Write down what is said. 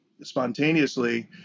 spontaneously